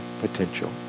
potential